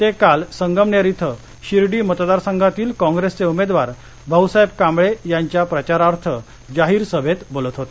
ते काल संगमनेर इथं शिर्डी मतदार संघातील काँगेसचे उमेदवार भाऊसाहेब कांबळे यांच्या प्रचारार्थ जाहीरसभेत बोलत होते